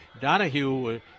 Donahue